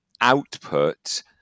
output